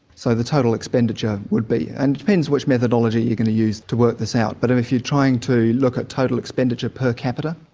so the total expenditure would be. and it depends which methodology you're going to use to work this out, but and if you're trying to look at total expenditure per capita,